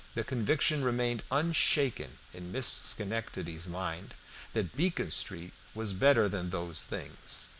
the conviction remained unshaken in miss schenectady's mind that beacon street was better than those things,